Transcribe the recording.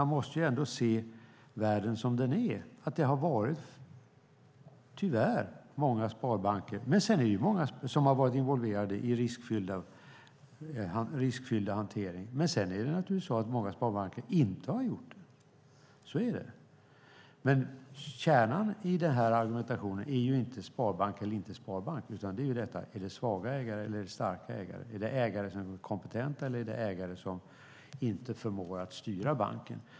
Man måste ju ändå se världen som den är: Många sparbanker har tyvärr varit involverade i riskfyllda hanteringar. Sedan är det naturligtvis så att många sparbanker inte har varit det. Så är det. Kärnan i den här argumentationen handlar dock inte om sparbank eller inte sparbank utan om svaga eller starka ägare. Är det ägare som är kompetenta eller är det ägare som inte förmår styra banken?